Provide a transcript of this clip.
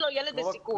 ילד בסיכון.